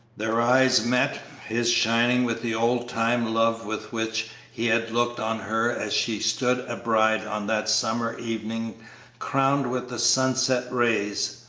their eyes met, his shining with the old-time love with which he had looked on her as she stood a bride on that summer evening crowned with the sunset rays,